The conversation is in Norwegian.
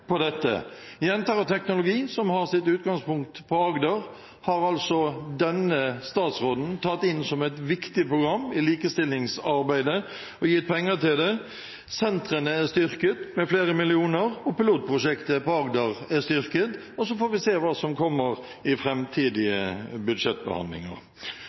på dette. «Jenter og teknologi», som har sitt utgangspunkt på Agder, har denne statsråden tatt inn som et viktig program i likestillingsarbeidet og gitt penger til det. Sentrene er styrket med flere millioner kroner, og pilotprosjektet på Agder er styrket. Så får vi se hva som kommer i framtidige budsjettbehandlinger.